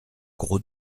grau